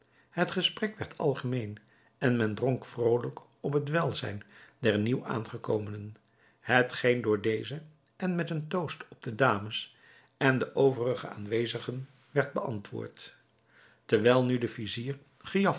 het gesprek werd algemeen en men dronk vrolijk op het welzijn der nieuw aangekomenen hetgeen door deze met een toast op de dames en de overige aanwezigen werd beantwoord terwijl nu de vizier